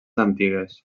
antigues